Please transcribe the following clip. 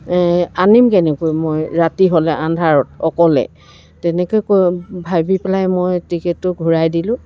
আনিম কেনেকৈ মই ৰাতি হ'লে আন্ধাৰত অকলে তেনেকৈ কৈ ভাবি পেলাই মই টিকেটটো ঘুৰাই দিলোঁ